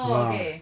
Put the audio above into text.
ah